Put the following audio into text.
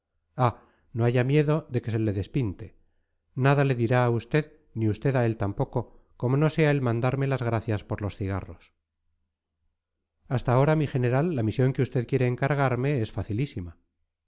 ah no haya miedo de que se le despinte nada le dirá a usted ni usted a él tampoco como no sea el mandarme las gracias por los cigarros hasta ahora mi general la misión que usted quiere encargarme es facilísima